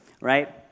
right